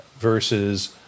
versus